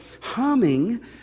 humming